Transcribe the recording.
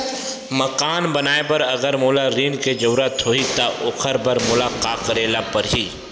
मकान बनाये बर अगर मोला ऋण के जरूरत होही त ओखर बर मोला का करे ल पड़हि?